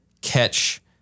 catch